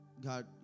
God